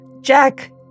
jack